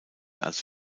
als